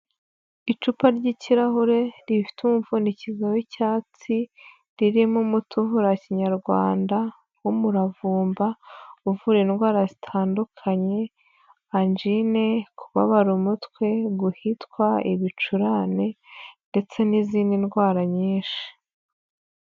Icupa ry'ikirahure rifite umupfundikizo w'icyatsi, ririmo umuti uvura wa kinyarwanda w'umuravumba, uvura indwara zitandukanye: anjine, kubabara umutwe, guhitwa, ibicurane ndetse n'izindi ndwara nyinshi.